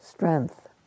strength